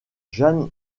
jeanne